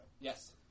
Yes